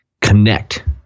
connect